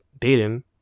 dating